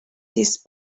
this